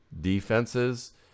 defenses